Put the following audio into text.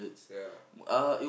ya